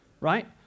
right